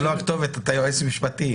אתה לא הכתובת, אתה היועץ המשפטי.